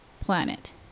planet